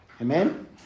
Amen